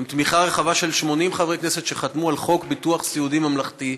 עם תמיכה רחבה של 80 חברי כנסת שחתמו על חוק ביטוח סיעודי ממלכתי,